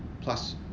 plus